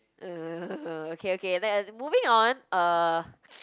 uh okay okay then moving on uh